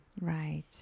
Right